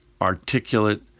articulate